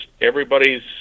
everybody's